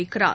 வைக்கிறார்